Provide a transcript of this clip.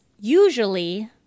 usually